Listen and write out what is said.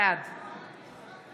בעד